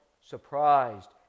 surprised